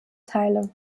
teile